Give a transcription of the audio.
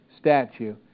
statue